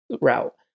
route